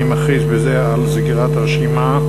אני מכריז בזה על סגירת הרשימה.